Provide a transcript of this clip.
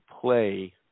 play